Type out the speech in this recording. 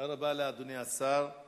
תודה רבה לאדוני השר על